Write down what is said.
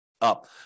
up